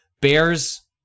Bears